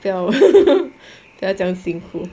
不要不要这样辛苦